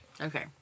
Okay